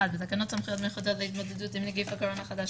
בתקנות סמכויות מיוחדות להתמודדות עם נגיף קורונה החדש,